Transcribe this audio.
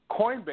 Coinbase